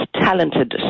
talented